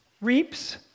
reaps